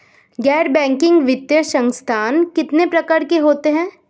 गैर बैंकिंग वित्तीय संस्थान कितने प्रकार के होते हैं?